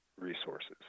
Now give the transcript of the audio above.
resources